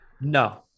No